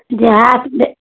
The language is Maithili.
देहातमे